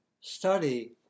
study